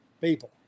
people